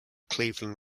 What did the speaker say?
cleveland